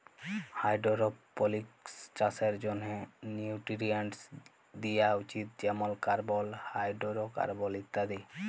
hydroponics চাষের জ্যনহে nutrients দিয়া উচিত যেমল কার্বল, হাইডোরোকার্বল ইত্যাদি